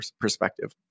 perspective